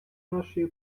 нашої